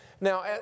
Now